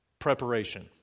preparation